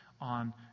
on